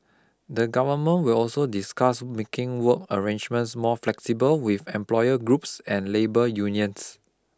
the Government will also discuss making work arrangements more flexible with employer groups and labour unions